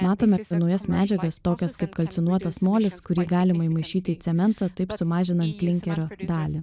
matome naujas medžiagas tokias kaip kalcinuotas molis kurį galima įmaišyti į cementą taip pat sumažinant klinkerio dalį